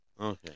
Okay